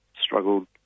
struggled